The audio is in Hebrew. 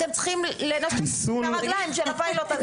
אתם צריכים לנשק את הרגליים של הפיילוט הזה.